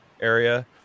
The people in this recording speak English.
area